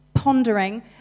pondering